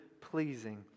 pleasing